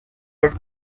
his